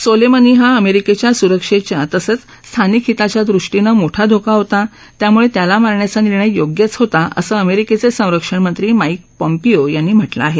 solemnly हा अमेरिकेच्या सुरक्षेच्या तसंच स्थानिक हिताच्यादृष्टीनं मोठा धोका होता त्यामुळे त्याला मारण्याचा निर्णय योग्यच होता असं अमेरिकेचे संरक्षण मंत्री माईक पॉम्पिओ यांनी म्हटलं आहे